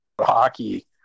hockey